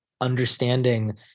understanding